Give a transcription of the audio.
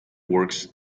works